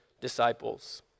disciples